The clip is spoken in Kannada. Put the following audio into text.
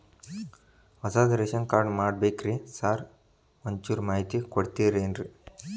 ಹೊಸದ್ ರೇಶನ್ ಕಾರ್ಡ್ ಮಾಡ್ಬೇಕ್ರಿ ಸಾರ್ ಒಂಚೂರ್ ಮಾಹಿತಿ ಕೊಡ್ತೇರೆನ್ರಿ?